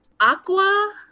aqua